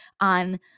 on